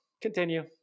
continue